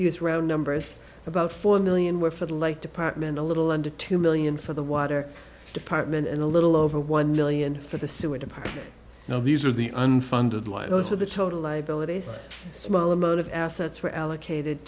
use round numbers about four million were for the like department a little under two million for the water department and a little over one million for the sewer department now these are the unfunded liabilities for the total liabilities small amount of assets were allocated